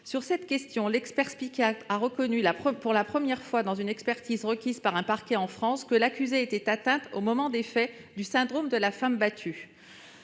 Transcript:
Sur ce point, l'expert psychiatre a reconnu, pour la première fois dans une expertise requise par un parquet en France, que l'accusée était atteinte, au moment des faits, du syndrome de la femme battue.